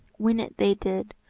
win it they did,